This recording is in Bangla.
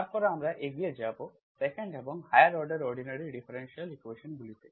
তারপরে আমরা এগিয়ে যাব 2nd এবং হায়ার অর্ডার অর্ডিনারি ডিফারেনশিয়াল ইকুয়েশন্সগুলি তে